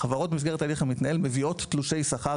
החברות במסגרת ההליך המתנהל מביאות תלושי שכר